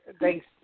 thanks